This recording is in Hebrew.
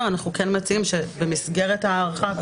אחרי הגדרת 'בדיקת קורונה מיידית',